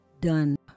done